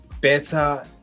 better